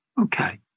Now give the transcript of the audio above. Okay